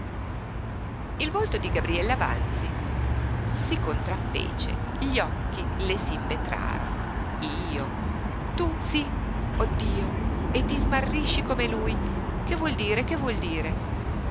il volto di gabriella vanzi si contraffece gli occhi le s'invetrarono io tu sí oh dio e ti smarrisci come lui che vuol dire che vuol dire